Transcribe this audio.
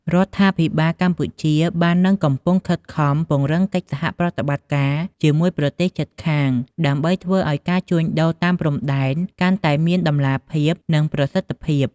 រដ្ឋាភិបាលកម្ពុជាបាននិងកំពុងខិតខំ ពង្រឹងកិច្ចសហប្រតិបត្តិការ ជាមួយប្រទេសជិតខាង ដើម្បីធ្វើឱ្យការជួញដូរតាមព្រំដែនកាន់តែមានតម្លាភាព និងប្រសិទ្ធភាព។